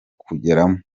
kugeramo